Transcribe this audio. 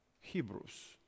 Hebrews